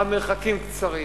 המרחקים קצרים.